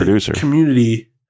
community